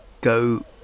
go